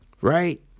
right